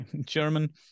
German